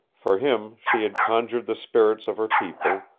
for him she had conjured the spirits of her people,